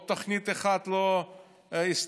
תוכנית אחת עוד לא הסתיימה,